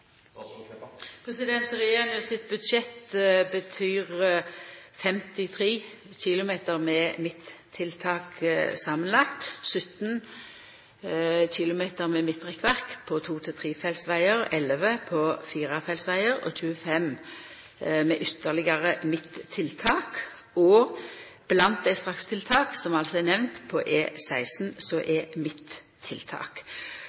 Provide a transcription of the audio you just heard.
Regjeringa sitt budsjett betyr 53 km med midttiltak samanlagt: 17 km med midtrekkverk på to–trefelts vegar, 11 km på firefeltsvegar og 25 km med ytterlegare midttiltak. Blant dei strakstiltaka som er nemnde på E16, er midttiltak. Så har vi òg nemnt i budsjettet at vi no vurderer midtrekkverk på